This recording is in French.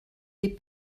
des